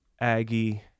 Aggie